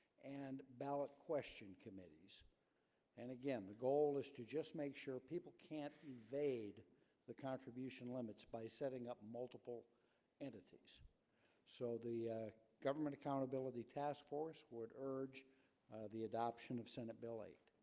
and ballot question committees and again, the goal is to just make sure people can't evade the contribution limits by setting up multiple entities so the government accountability task force would urge the adoption of senate bill eight.